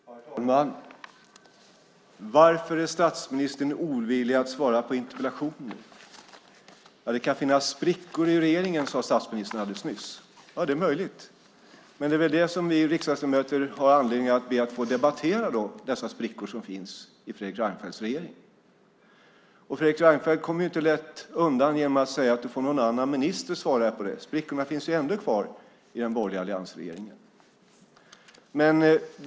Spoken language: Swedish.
Herr talman! Varför är statsministern ovillig att svara på interpellationer? Det kan finnas sprickor i regeringen, sade statsministern alldeles nyss. Det är möjligt, men vi riksdagsledamöter har väl anledning att be att få debattera dessa sprickor som finns i Fredrik Reinfeldts regering. Fredrik Reinfeldt kommer inte lätt undan genom att säga att det får någon annan minister svara på. Sprickorna finns ändå kvar i den borgerliga alliansregeringen.